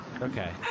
Okay